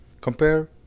compare